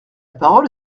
parole